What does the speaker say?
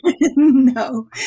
No